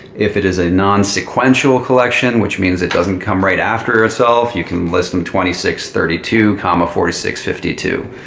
if it is a non-sequential collection, which means it doesn't come right after itself, you can list them twenty six thirty two, ah forty six fifty two.